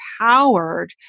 empowered